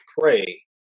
pray